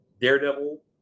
Daredevil